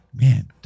Man